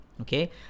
okay